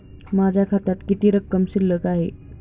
माझ्या खात्यात किती रक्कम शिल्लक आहे?